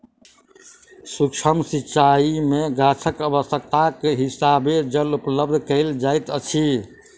सुक्ष्म सिचाई में गाछक आवश्यकताक हिसाबें जल उपलब्ध कयल जाइत अछि